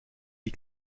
die